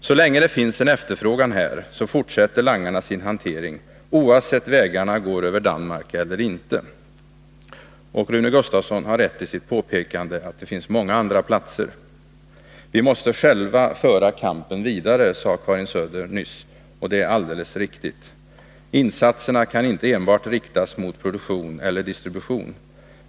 Så länge det finns en efterfrågan här fortsätter langarna sin hantering, oavsett om vägarna går över Danmark eller inte. Rune Gustavsson har rätt i sitt påpekande att det finns många andra platser från vilka narkotikan kommer till vårt land. Vi måste själva föra kampen vidare, sade Karin Söder nyss. Det är alldeles riktigt. Insatserna kan inte enbart riktas mot produktion eller distribution.